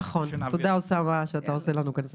נכון, תודה אוסאמה שאתה עושה כאן סדר.